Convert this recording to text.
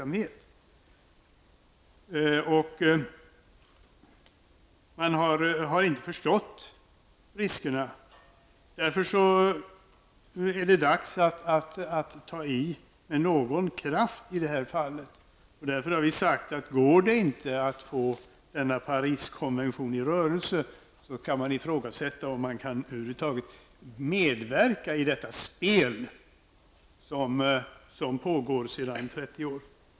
Man har inte förstått riskerna. Nu är det dags att ta i med kraft. Om det inte går att få Paris-konventionen i rörelse kan man i fråga sätta om man över huvud taget kan medverka i detta spel som pågår sedan 30 år.